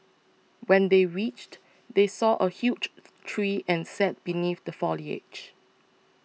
when they reached they saw a huge tree and sat beneath the foliage